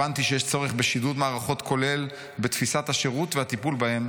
הבנתי שיש צורך בשידוד מערכות כולל בתפיסת השירות והטיפול בהם,